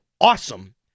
awesome